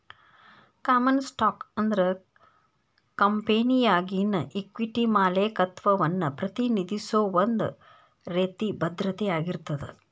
common stock ಅಂದ್ರ ಕಂಪೆನಿಯಾಗಿನ equity ಮಾಲೇಕತ್ವವನ್ನ ಪ್ರತಿನಿಧಿಸೋ ಒಂದ್ ರೇತಿ ಭದ್ರತೆ ಆಗಿರ್ತದ